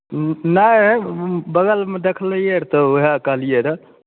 नहि बगलमे देखलियै र तऽ वएह कहलियै रऽ